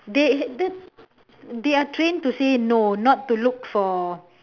they th~ they are trained to say no not to look for